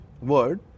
word